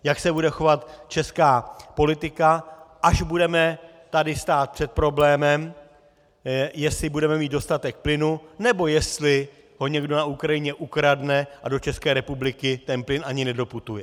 Jak se bude chovat česká politika, až budeme tady stát před problémem, jestli budeme mít dostatek plynu, nebo jestli ho někdo na Ukrajině ukradne a do České republiky ten plyn ani nedoputuje?